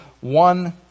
one